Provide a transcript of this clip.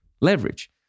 Leverage